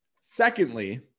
Secondly